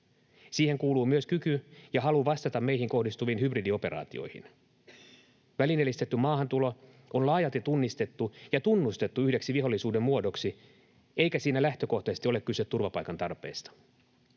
Siihen kuuluvat myös kyky ja halu vastata meihin kohdistuviin hybridioperaatioihin. Välineellistetty maahantulo on laajalti tunnistettu ja tunnustettu yhdeksi vihollisuuden muodoksi, eikä siinä lähtökohtaisesti ole kyse turvapaikan tarpeesta.